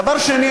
דבר שני,